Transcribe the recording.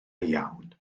iawn